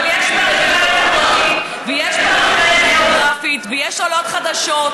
אבל יש פריפריה חברתית ויש פריפריה גיאוגרפית ויש עולות חדשות,